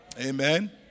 Amen